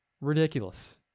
ridiculous